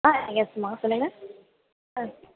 ஆ yes மா சொல்லுங்கள் ஆ